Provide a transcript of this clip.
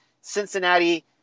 Cincinnati